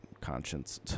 conscience